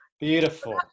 beautiful